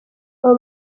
abo